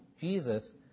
Jesus